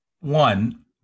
One